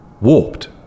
Warped